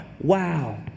wow